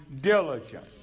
diligent